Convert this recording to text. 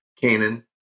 Canaan